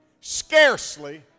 scarcely